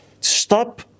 stop